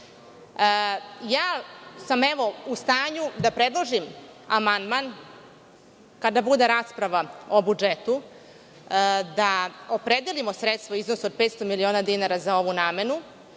u stanju sam, da predložim amandman, kada bude rasprava o budžetu, da opredelimo sredstva u iznosu od 500 miliona dinara za ovu namenu,